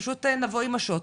פשוט נבוא עם השוט,